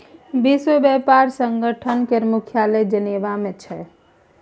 विश्व बेपार संगठन केर मुख्यालय जेनेबा मे छै